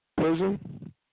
prison